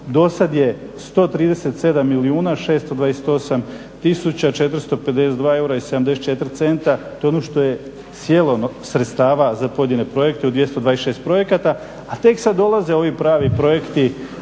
Do sad je 137 milijuna 628 tisuća 452 eura i 74 centa. To je ono što je sjelo sredstava za pojedine projekte u 226 projekata, a tek sad dolaze ovi pravi projekti